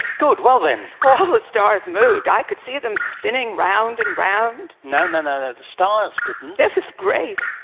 good, well, then. all the stars moved. i could see them spinning round and round, copernicus no, no, no, the stars didn't. it was great.